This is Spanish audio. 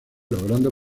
logrando